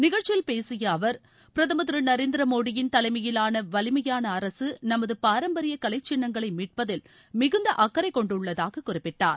நிகழ்ச்சியில் பேசிய அவர் பிரதமர் திரு நரேந்திர மோடியின் தலைமயிலாள வலிமையான அரசு நமது பாரம்பரிய கலைச் சின்னங்களை மீட்பதில் மிகுந்த அக்கறை கொண்டுள்ளதாக குறிப்பிட்டார்